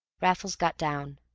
raffles got down.